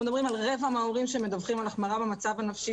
אנחנו מדברים על רבע מההורים שמדברים על החמרה במצב הנפשי